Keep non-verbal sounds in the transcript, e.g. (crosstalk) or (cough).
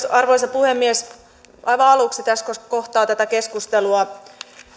(unintelligible) arvoisa puhemies aivan aluksi tässä kohtaa tätä keskustelua